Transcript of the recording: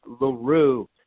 LaRue